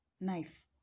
knife